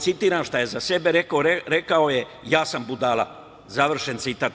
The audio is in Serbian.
Citiram šta je za sebe rekao, rekao je – ja sam budala, završen citat.